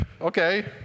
okay